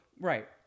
Right